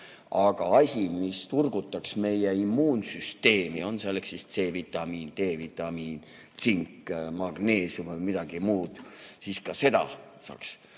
vaid asi, mis turgutaks meie immuunsüsteemi, on selleks C-vitamiin, D‑vitamiin, tsink, magneesium või midagi muud, siis ka seda võiks